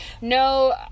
no